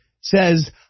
says